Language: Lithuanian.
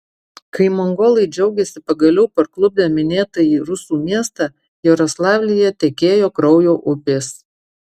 kai mongolai džiaugėsi pagaliau parklupdę minėtąjį rusų miestą jaroslavlyje tekėjo kraujo upės